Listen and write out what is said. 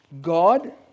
God